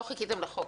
לא חיכיתם לחוק,